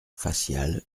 facial